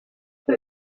jiw